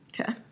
Okay